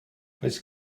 oes